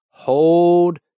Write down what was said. Hold